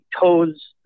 toes